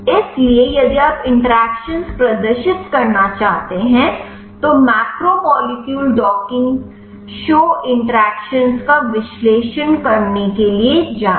इसलिए यदि आप इंटरेक्शन्स प्रदर्शित करना चाहते हैं तो मैक्रोमोलेक्यूल डॉकिंग शो इंटरेक्शन्स का विश्लेषण करने के लिए जाएं